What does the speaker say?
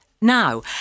now